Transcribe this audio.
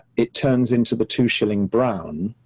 it turns into the two shilling brown,